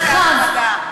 רחב,